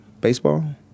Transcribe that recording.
baseball